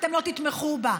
אתם לא תתמכו בה.